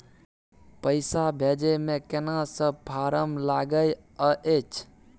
पैसा भेजै मे केना सब फारम लागय अएछ?